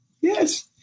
Yes